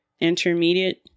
intermediate